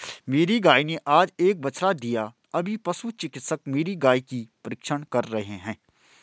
मेरी गाय ने आज एक बछड़ा दिया अभी पशु चिकित्सक मेरी गाय की परीक्षण कर रहे हैं